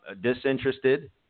disinterested